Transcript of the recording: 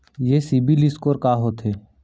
ये CIBIL score का होथे?